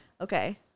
okay